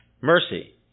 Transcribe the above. mercy